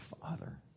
Father